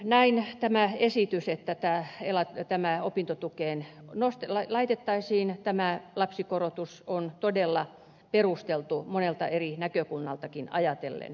näin esitys että opintotukeen laitettaisiin lapsikorotus on todella perusteltu monelta eri näkökulmaltakin ajatellen